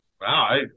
Wow